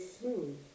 smooth